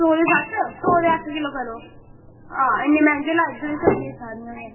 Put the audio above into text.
सौ दे अट्ठ सौ दे अट्ठ करो तुस आं इन्ने मैहंगे लाई देओ सारी सब्ज़ियां